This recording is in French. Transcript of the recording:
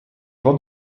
vents